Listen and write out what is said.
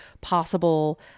possible